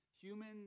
Human